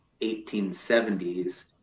1870s